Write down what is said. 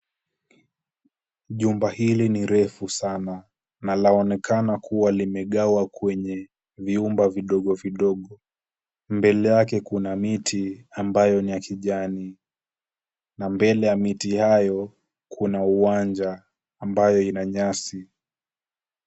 Jumba hili ni refu sana na laonekana kuwa limegawanywa kwenye vyumba vidogo vidogo. Mbele yake kuna miti ambayo ni ya kijani na mbele ya miti hiyo kuna uwanja ambao una nyasi.